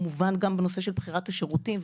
גם הנושא של בחירת השירותים,